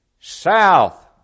south